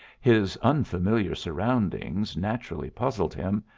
his unfamiliar surroundings naturally puzzled him,